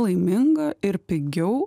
laiminga ir pigiau